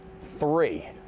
three